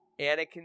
Anakin